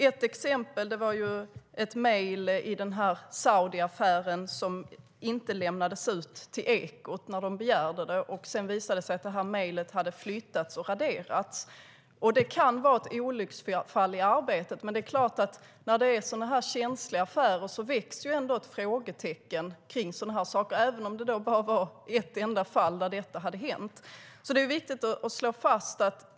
Ett exempel är ett mejl i Saudiaffären som inte lämnades ut till Ekot när man begärde det. Det visade sig sedan att mejlet hade raderats. Det kan ha varit ett olycksfall i arbetet. Men när det är sådana här känsliga affärer väcker det ändå frågetecken, även om det bara är i ett enda fall som detta har hänt.